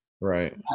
Right